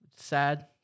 sad